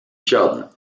children